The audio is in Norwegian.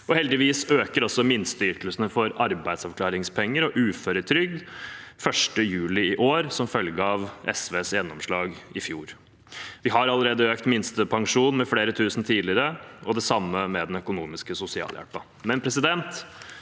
heldigvis øker også minsteytelsene for arbeidsavklaringspenger og uføretrygd 1. juli i år som følge av SVs gjennomslag i fjor. Vi har allerede økt minstepensjonen med flere tusen tidligere, og det samme har vi gjort med den økonomiske sosialhjelpen. Men vi vet